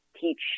teach